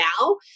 now